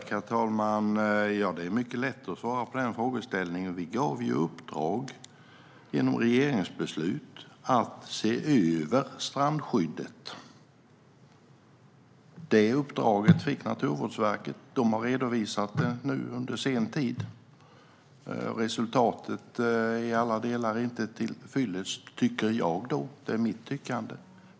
Herr talman! Det är mycket lätt att svara på den frågeställningen. Vi gav i uppdrag, genom regeringsbeslut, att se över strandskyddet. Det uppdraget fick Naturvårdsverket. De har nu redovisat det under senare tid. Resultatet är inte till fyllest i alla delar, tycker jag - det är mitt tyckande.